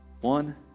One